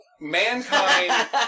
mankind